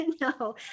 No